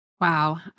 Wow